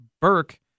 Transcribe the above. Burke